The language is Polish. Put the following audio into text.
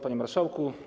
Panie Marszałku!